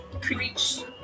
Preach